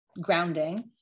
grounding